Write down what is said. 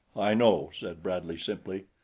i know, said bradley simply.